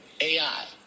ai